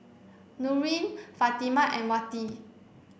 Nurin Fatimah and Wati